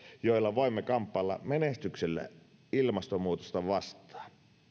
joilla voimme kamppailla menestyksellä ilmastonmuutosta vastaan